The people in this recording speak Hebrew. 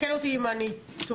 תקן אותי אם אני טועה,